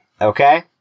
okay